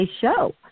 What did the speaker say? show